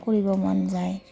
কৰিব মন যায়